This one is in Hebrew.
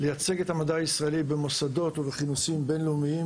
לייצג את המדע הישראלי במוסדות ובכינוסים בינלאומיים